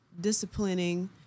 disciplining